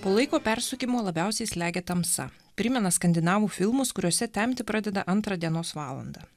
po laiko persukimo labiausiai slegia tamsa primena skandinavų filmus kuriuose temti pradeda antrą dienos valandą